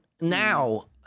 now